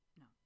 no